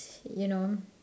you know